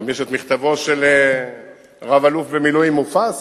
יש גם מכתבו של רב-אלוף במילואים מופז,